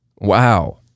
Wow